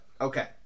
Okay